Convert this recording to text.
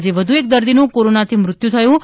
આજે વધુ એક દર્દીનું કોરોનાથી મોતથયું છે